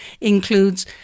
includes